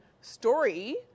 story